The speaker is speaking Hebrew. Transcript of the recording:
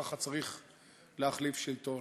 ככה צריך להחליף שלטון.